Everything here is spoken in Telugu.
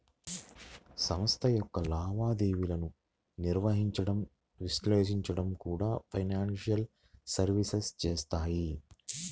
సంస్థ యొక్క లావాదేవీలను నిర్వహించడం, విశ్లేషించడం కూడా ఫైనాన్షియల్ సర్వీసెస్ చేత్తాయి